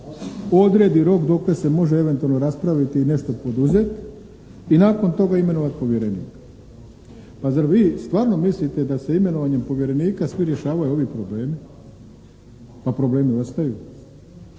Odredi rok dokle se može eventualno raspraviti i nešto poduzeti i nakon toga imenovati povjerenika. Pa zar vi stvarno mislite da se imenovanjem povjerenika svi rješavaju ovi problemi? Pa problemi ostaju.